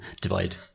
divide